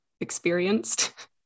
experienced